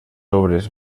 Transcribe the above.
obres